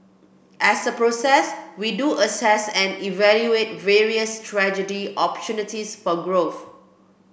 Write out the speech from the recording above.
as a process we do assess and evaluate various strategic opportunities for growth